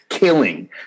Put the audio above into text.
Killing